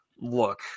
look